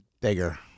Bigger